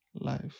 life